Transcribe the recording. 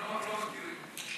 אנחנו לא מכירים אותו.